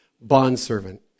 bondservant